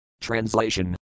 Translation